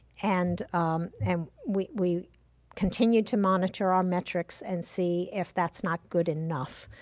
and um we we continue to monitor our metrics and see if that's not good enough,